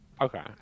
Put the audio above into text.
Okay